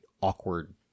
awkward